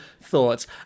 thoughts